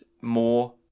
more